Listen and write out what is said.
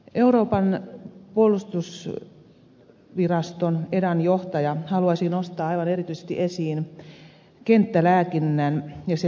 euroopan puolustusviraston edan johtaja haluaisi nostaa aivan erityisesti esiin kenttälääkinnän ja sen toiminnan